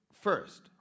first